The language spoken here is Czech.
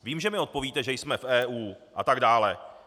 Vím, že mi odpovíte, že jsme v EU, a tak dále.